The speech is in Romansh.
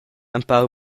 empau